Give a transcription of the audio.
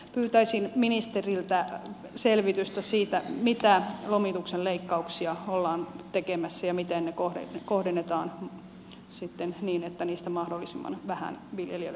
pyytäisin ministeriltä selvitystä siitä mitä lomituksen leikkauksia ollaan tekemässä ja miten ne kohdennetaan sitten niin että niistä mahdollisimman vähän viljelijöille koituu haittaa